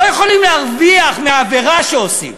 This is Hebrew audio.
לא יכולים להרוויח מעבירה שעושים,